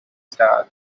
stars